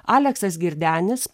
aleksas girdenis